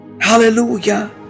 Hallelujah